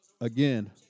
Again